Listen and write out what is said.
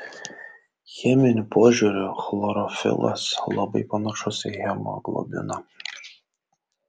cheminiu požiūriu chlorofilas labai panašus į hemoglobiną